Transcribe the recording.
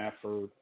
effort